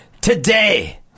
today